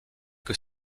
que